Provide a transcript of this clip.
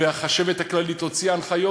והחשבת הכללית הוציאה הנחיות.